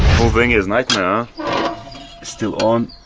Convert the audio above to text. whole thing is nightmare still on